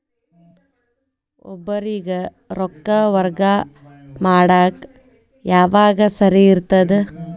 ಒಬ್ಬರಿಗ ರೊಕ್ಕ ವರ್ಗಾ ಮಾಡಾಕ್ ಯಾವಾಗ ಸರಿ ಇರ್ತದ್?